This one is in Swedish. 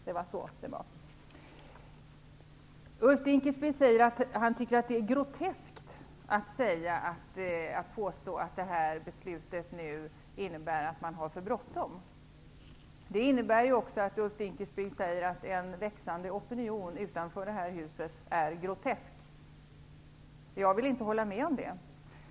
Ulf Dinkelspiel tycker att det är groteskt att påstå att det här beslutet innebär att man har för bråttom. Det innebär ju också att Ulf Dinkelspiel säger att en växande opinion utanför det här huset är grotesk. Jag vill inte hålla med om det.